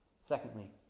Secondly